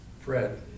Fred